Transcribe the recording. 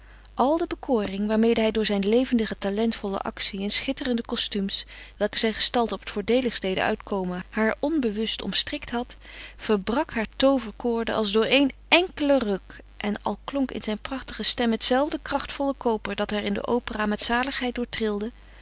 al de bekoring waarmede hij door zijn levendige talentvolle actie in schitterende kostumes welke zijn gestalte op het voordeeligst deden uitkomen haar onbewust omstrikt had verbrak haar tooverkoorden als dooreen enkelen ruk en al klonk in zijn prachtige stem het zelfde krachtvolle koper dat haar in de opera met zaligheid